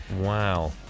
Wow